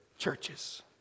churches